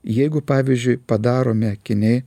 jeigu pavyzdžiui padaromi akiniai